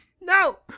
no